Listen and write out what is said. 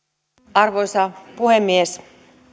arvoisa puhemies